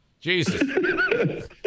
Jesus